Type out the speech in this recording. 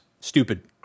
stupid